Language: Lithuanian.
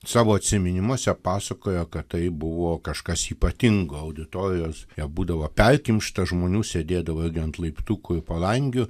savo atsiminimuose pasakojo kad tai buvo kažkas ypatingo auditorijos jo būdavo perkimšta žmonių sėdėdavo ant laiptukų ir palangių